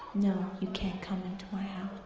no, you can't come into my house.